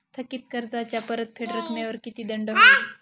थकीत कर्जाच्या परतफेड रकमेवर किती दंड होईल?